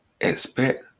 expect